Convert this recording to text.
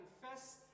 confess